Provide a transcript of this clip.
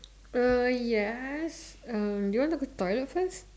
uh yes uh you want to go toilet first